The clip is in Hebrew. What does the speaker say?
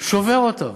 שובר אותם.